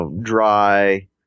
dry